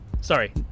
Sorry